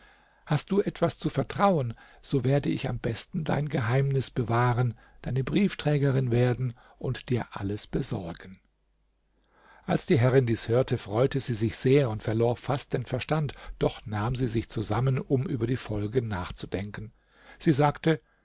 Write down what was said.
hast du etwas zu vertrauen so werde ich am besten dein geheimnis bewahren deine briefträgerin werden und dir alles besorgen als die herrin dieses hörte freute sie sich sehr und verlor fast den verstand doch nahm sie sich zusammen um über die folgen nachzudenken sie sagte